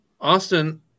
Austin